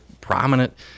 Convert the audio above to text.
prominent –